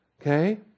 Okay